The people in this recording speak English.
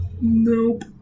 Nope